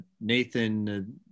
Nathan